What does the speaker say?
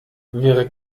wäre